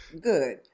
Good